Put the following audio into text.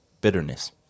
bitterness